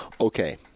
Okay